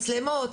מצלמות,